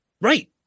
Right